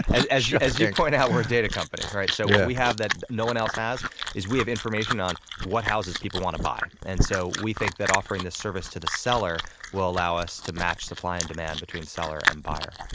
as as you yeah point out, we're a data company, right? so what we have that no one else has is we have information on what houses people want to buy. and so we think that offering this service to the seller will allow us to match supply and demand between seller and buyer.